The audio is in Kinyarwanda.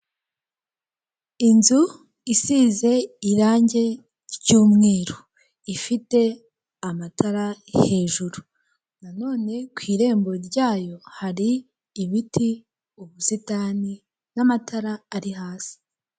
Inzu isize irange ry'umweru. Ifite amatara hejuru. Na none ku irembo ryayo hari ibiti, ubusitani, n'amatara ari hasi.